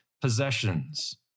possessions